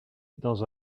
dans